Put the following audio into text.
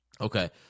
Okay